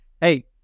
Hey